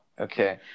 Okay